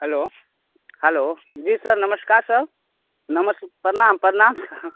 hello hello जी sir नमस्कार sir नमस प्रणाम प्रणाम